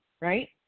right